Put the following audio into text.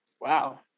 Wow